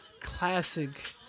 classic